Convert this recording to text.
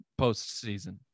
postseason